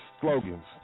slogans